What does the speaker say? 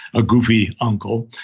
a goofy uncle,